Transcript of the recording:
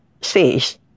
says